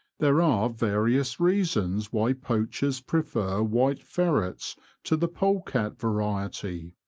there are various reasons why poachers prefer white ferrets to the polecat variety.